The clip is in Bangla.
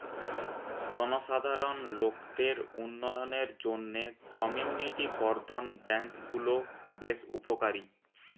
জনসাধারণ লোকদের উন্নয়নের জন্যে কমিউনিটি বর্ধন ব্যাংক গুলো বেশ উপকারী